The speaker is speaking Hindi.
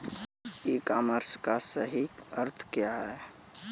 ई कॉमर्स का सही अर्थ क्या है?